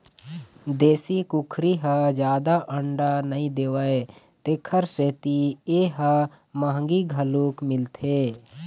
देशी कुकरी ह जादा अंडा नइ देवय तेखर सेती ए ह मंहगी घलोक मिलथे